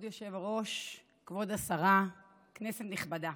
כבוד היושב-ראש, כבוד השרה, כנסת נכבדה,